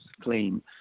claim